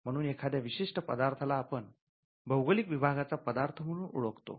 म्हणून एखाद्या विशिष्ट पदार्थाला आपण भौगोलिक विभागाचा पदार्थ म्हणून ओळखत असतो